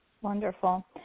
Wonderful